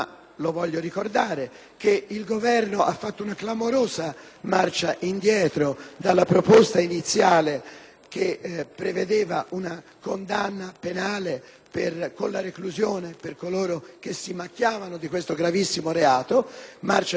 che prevedeva una condanna penale con la reclusione per coloro che si macchiavano di questo gravissimo reato; marcia indietro assolutamente clamorosa dovuta al fatto che la norma era inapplicabile